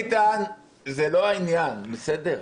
איתן, זה לא העניין, בסדר.